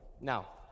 Now